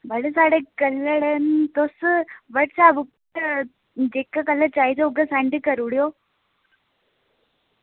बड़े सारे कलर न तुस व्हाट्सएप उप्पर जेह्के कलर चाहिदे होगे सैंड करी ओड़ेओ